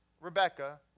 Rebecca